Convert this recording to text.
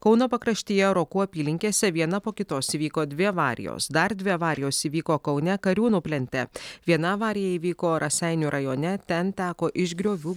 kauno pakraštyje rokų apylinkėse viena po kitos įvyko dvi avarijos dar dvi avarijos įvyko kaune kariūnų plente viena avarija įvyko raseinių rajone ten teko iš griovių